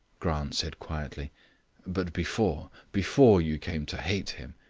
grant said quietly but before before you came to hate him,